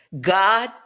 God